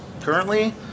currently